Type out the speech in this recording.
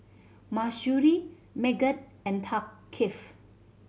Mahsuri Megat and Thaqif